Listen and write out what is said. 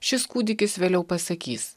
šis kūdikis vėliau pasakys